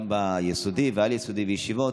גם יסודי וגם על-יסודי וישיבות,